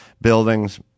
buildings